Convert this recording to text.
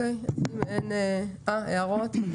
הערות.